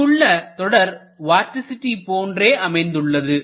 இங்குள்ள தொடர் வார்டிசிட்டி போன்றே அமைந்துள்ளது